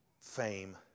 fame